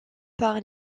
par